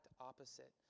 opposite